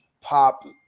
pop